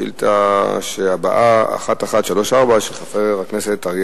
השאילתא הבאה היא שאילתא 1134 של חבר הכנסת אריה